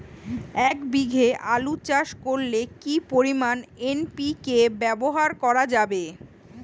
এক বিঘে আলু চাষ করলে কি পরিমাণ এন.পি.কে ব্যবহার করা যাবে?